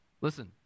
Listen